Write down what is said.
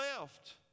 left